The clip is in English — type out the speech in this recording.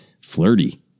Flirty